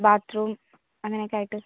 Baat room അങ്ങനെയൊക്കെ ആയിട്ട്